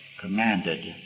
commanded